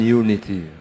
unity